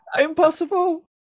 Impossible